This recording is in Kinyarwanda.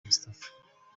moustapha